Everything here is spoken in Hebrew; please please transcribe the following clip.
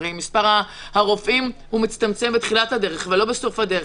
הרי מספר הרופאים מצטמצם בתחילת הדרך ולא בסוף הדרך.